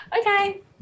Okay